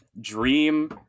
Dream